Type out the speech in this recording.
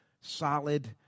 solid